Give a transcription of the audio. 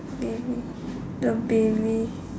baby the baby